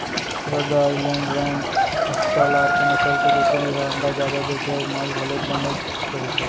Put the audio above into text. रद्दा island red, australorp नसल के कुकरी ह अंडा जादा देथे अउ मांस घलोक बनेच रहिथे